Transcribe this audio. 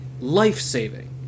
life-saving